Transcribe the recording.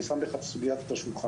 אני שם את הסוגיה על השולחן: